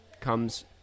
comes